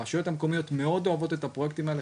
הרשויות המקומיות מאוד אוהבות את הפרויקטים האלה,